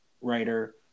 writer